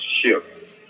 ship